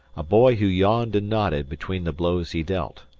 a boy who yawned and nodded between the blows he dealt.